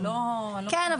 כן,